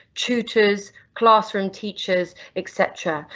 tutors, classroom teachers etc.